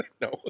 No